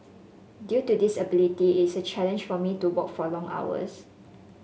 due to disability it's a challenge for me to walk for long hours